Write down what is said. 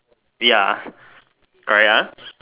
ya correct ah